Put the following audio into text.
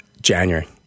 January